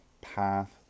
path